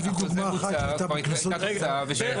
כבר הייתה תוצאה ושינו